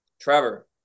Trevor